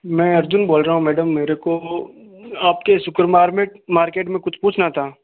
में अर्जुन बोल रहा हूँ मेडम मेरे को आपके सुपर मारमेट मार्केट में कुछ पूछना था